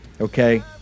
Okay